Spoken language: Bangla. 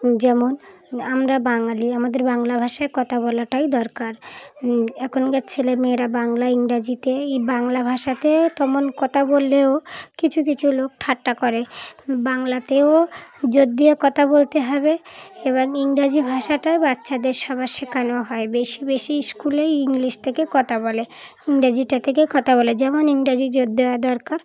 যেমন আমরা বাঙালি আমাদের বাংলা ভাষায় কথা বলাটাই দরকার এখনকার ছেলেমেয়েরা বাংলা ইংরাজিতে এই বাংলা ভাষাতে তেমন কথা বললেও কিছু কিছু লোক ঠাট্টা করে বাংলাতেও জোর দিয়ে কথা বলতে হবে এবং ইংরাজি ভাষাটাও বাচ্চাদের সবার শেখানো হয় বেশি বেশি স্কুলেই ইংলিশ থেকে কথা বলে ইংরাজিটা থেকেই কথা বলে যেমন ইংরাজি জোর দেওয়া দরকার